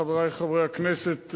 חברי חברי הכנסת,